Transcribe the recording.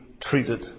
treated